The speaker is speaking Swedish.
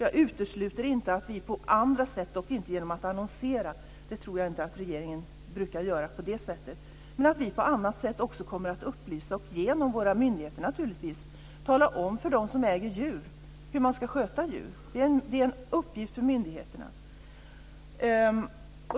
Jag utesluter inte att vi på andra sätt, dock inte genom att annonsera - det tror jag inte att regeringen brukar göra - kommer att upplysa och genom våra myndigheter tala om för dem som äger djur hur man ska sköta djur. Det är en uppgift för myndigheterna.